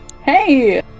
Hey